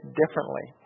differently